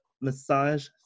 massage